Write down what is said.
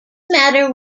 matter